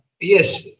yes